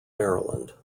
maryland